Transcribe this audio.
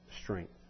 strength